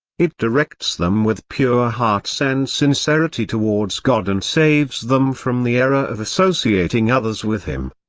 it directs them with pure hearts and sincerity towards god and saves them from the error of associating others with him.